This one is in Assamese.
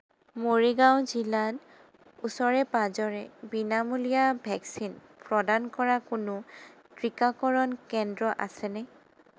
মৰিগাঁও জিলাত ওচৰে পাঁজৰে বিনামূলীয়া ভেকচিন প্ৰদান কৰা কোনো টীকাকৰণ কেন্দ্ৰ আছেনে